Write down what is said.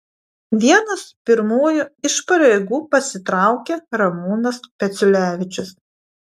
vienas pirmųjų iš pareigų pasitraukė ramūnas peciulevičius